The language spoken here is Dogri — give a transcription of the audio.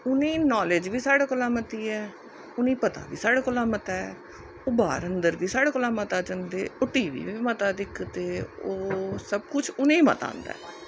उ'नें गी नालेज बी साढ़े कोला मती ऐ उ'नेंगी पता बी साढ़े कोला मता ऐ ओह् बाह्र अंदर बी साढ़े कोला मता जंदे टी वी बी मता दिक्खदे ओह् सब कुछ उ'नेंगी पता ऐ